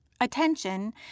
Attention